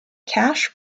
cash